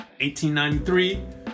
1893